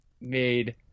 made